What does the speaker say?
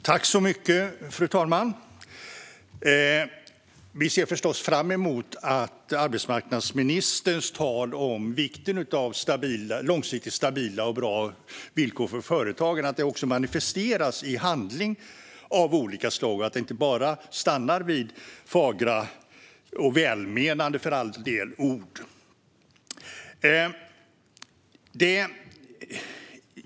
Fru talman! Vi ser förstås fram emot att arbetsmarknadsministerns tal om vikten av långsiktigt stabila och bra villkor för företagen också manifesteras i handlingar av olika slag, så att det inte bara stannar vid fagra och för all del välmenande ord.